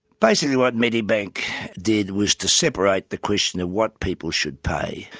basically what medibank did was to separate the question of what people should pay,